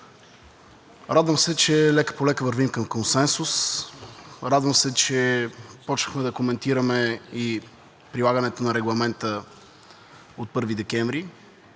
Радвам се, че лека-полека вървим към консенсус. Радвам се, че започнахме да коментираме и прилагането на Регламента от 1 декември.